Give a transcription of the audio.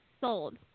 Sold